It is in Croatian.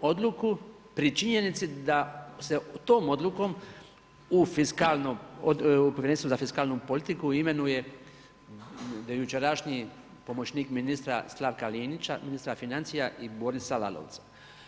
odluku pri činjenici da se tom odlukom u Povjerenstvu za fiskalnu politiku imenuje do jučerašnji pomoćnik ministra Slavka Linića, ministra financija i Borisa Lalovca.